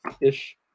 ish